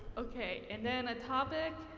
okay and then a topic,